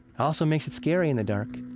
also makes it scary in the dark.